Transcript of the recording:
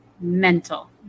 mental